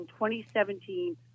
2017